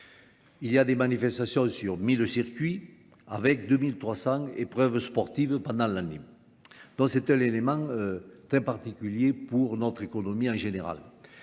Il y a des manifestations sur 1000 circuits avec 2300 épreuves sportives pendant l'année. Donc, c'est un élément très particulier pour notre économie en général.